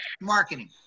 marketing